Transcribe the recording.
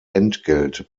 entgelt